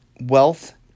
wealth